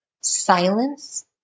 silence